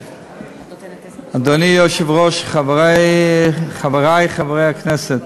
גברתי היושבת-ראש, חברי חברי הכנסת,